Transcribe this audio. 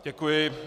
Děkuji.